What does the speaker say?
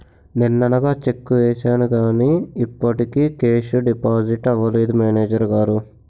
నిన్ననగా చెక్కు వేసాను కానీ ఇప్పటికి కేషు డిపాజిట్ అవలేదు మేనేజరు గారు